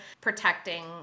protecting